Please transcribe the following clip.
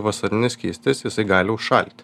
vasarinis skystis jisai gali užšalti